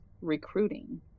recruiting